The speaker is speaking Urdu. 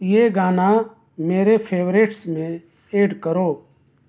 یہ گانا میرے فیورٹس میں ایڈ کرو